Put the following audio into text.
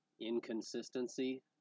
Inconsistency